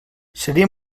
seria